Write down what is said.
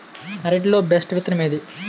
అరటి లో బెస్టు విత్తనం ఏది?